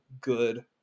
good